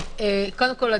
קודם כול,